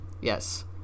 Yes